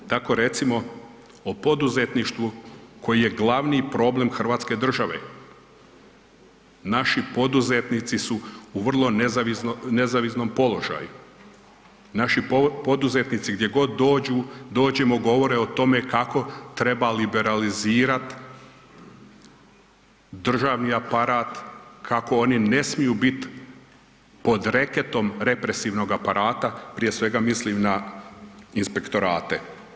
Tako recimo o poduzetništvu koji je glavni problem hrvatske države, naši poduzetnici u vrlo nezavidnom položaju, naši poduzetnici gdje god dođu, govore o tome kako treba liberalizirat državni aparat, kako oni ne smiju bit pod reketom represivnog aparata, prije svega mislim da inspektorate.